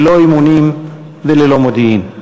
ללא אימונים וללא מודיעין.